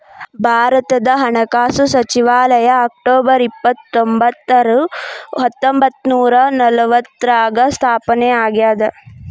ಭಾರತದ ಹಣಕಾಸು ಸಚಿವಾಲಯ ಅಕ್ಟೊಬರ್ ಇಪ್ಪತ್ತರೊಂಬತ್ತು ಹತ್ತೊಂಬತ್ತ ನೂರ ನಲವತ್ತಾರ್ರಾಗ ಸ್ಥಾಪನೆ ಆಗ್ಯಾದ